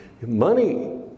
Money